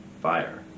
fire